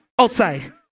outside